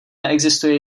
neexistuje